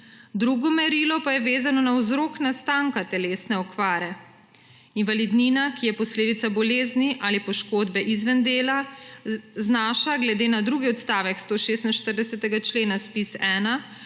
Drugo merilo pa je vezano na vzrok nastanka telesne okvare. Invalidnina, ki je posledica bolezni ali poškodbe izven dela, znaša glede na drugi odstavek 146. člena ZPIZ-1